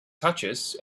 touches